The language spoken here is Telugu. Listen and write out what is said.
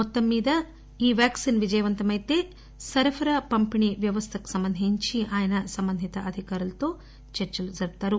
మొత్తంమీద ఈ వ్యాక్సిన్ విజయవంతమైతే సరఫరా పంపిణీ వ్యవస్థకు సంబంధించి ఆయన సంబంధిత అధికారులతో చర్చలు జరుపుతారు